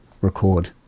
Record